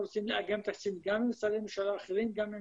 הם רוצים לאגם תקציבים גם עם משרדי ממשלה אחרים וגם עם